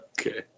Okay